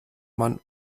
man